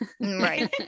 Right